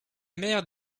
mère